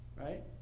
Right